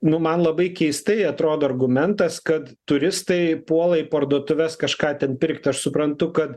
nu man labai keistai atrodo argumentas kad turistai puola į parduotuves kažką ten pirkt aš suprantu kad